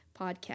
Podcast